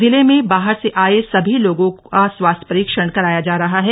जिले में बाहर से आये सभी लोगों का स्वास्थ्य परीक्षण कराया जा रहा है